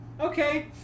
Okay